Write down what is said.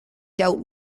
dealt